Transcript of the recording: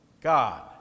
God